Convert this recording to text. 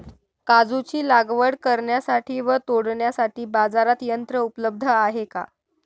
काजूची लागवड करण्यासाठी व तोडण्यासाठी बाजारात यंत्र उपलब्ध आहे का?